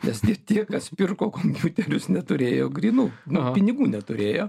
nes ne tiek kas pirko kompiuterius neturėjo grynų pinigų neturėjo